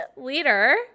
leader